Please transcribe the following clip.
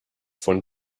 von